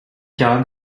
john